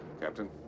Captain